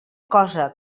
cosa